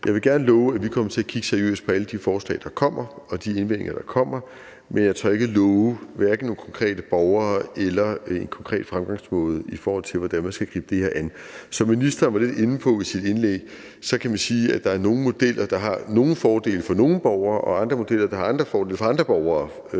Jeg vil gerne love, at vi kommer til at kigge seriøst på alle de forslag og de invendinger, der kommer, men jeg tør hverken love nogen konkrete borgere noget eller en konkret fremgangsmåde, i forhold til hvordan man skal gribe det her an. Som ministeren var lidt inde på i sit indlæg, kan man sige, at der er nogle modeller, der har nogle fordele for nogle borgere, og andre modeller, der har andre fordele for andre borgere,